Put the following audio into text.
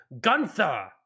Gunther